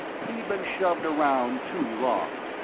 he'd been shoved around too long,